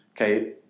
okay